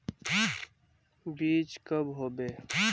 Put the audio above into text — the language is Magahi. बीज कब होबे?